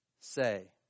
say